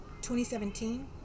2017